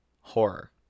horror